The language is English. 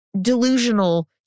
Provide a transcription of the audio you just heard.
delusional